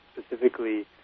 specifically